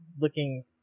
looking